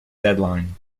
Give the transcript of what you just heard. deadline